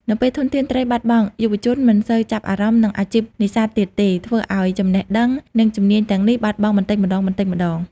នៅពេលធនធានត្រីបាត់បង់ យុវជនមិនសូវចាប់អារម្មណ៍នឹងអាជីពនេសាទទៀតទេ ធ្វើឱ្យចំណេះដឹង និងជំនាញទាំងនេះបាត់បង់បន្តិចម្តងៗ។